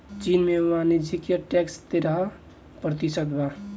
चीन में वाणिज्य टैक्स तेरह प्रतिशत बा